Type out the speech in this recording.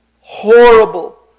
horrible